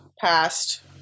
passed